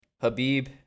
Habib